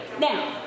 Now